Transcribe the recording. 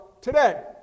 today